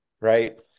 right